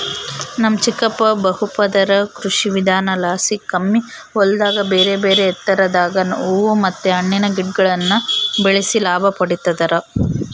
ನಮ್ ಚಿಕ್ಕಪ್ಪ ಬಹುಪದರ ಕೃಷಿವಿಧಾನಲಾಸಿ ಕಮ್ಮಿ ಹೊಲದಾಗ ಬೇರೆಬೇರೆ ಎತ್ತರದಾಗ ಹೂವು ಮತ್ತೆ ಹಣ್ಣಿನ ಗಿಡಗುಳ್ನ ಬೆಳೆಸಿ ಲಾಭ ಪಡಿತದರ